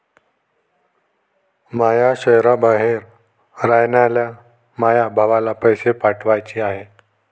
माया शैहराबाहेर रायनाऱ्या माया भावाला पैसे पाठवाचे हाय